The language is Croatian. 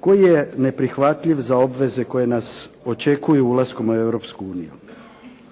koji je neprihvatljiv za obveze koje nas očekuju ulaskom u